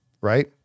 right